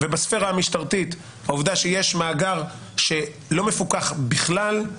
ובספירה המשטרתית העובדה שיש מאגר שלא מפוקח בכלל,